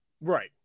right